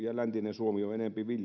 ja läntinen suomi ovat enempi